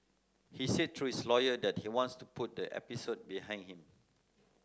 he said through his lawyer that he wants to put the episode behind him